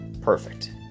perfect